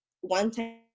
one-time